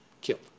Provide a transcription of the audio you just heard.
killed